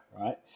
right